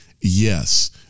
Yes